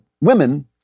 Women